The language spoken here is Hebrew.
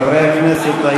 חברי הכנסת,